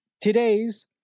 today's